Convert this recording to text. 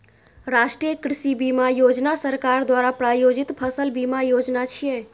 राष्ट्रीय कृषि बीमा योजना सरकार द्वारा प्रायोजित फसल बीमा योजना छियै